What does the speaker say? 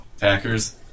Packers